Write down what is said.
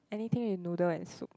anything with noodle and soup